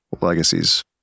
legacies